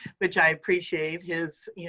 which i appreciate his